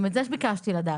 גם את זה ביקשתי לדעת,